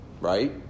right